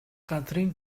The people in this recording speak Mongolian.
газрын